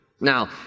Now